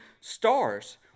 stars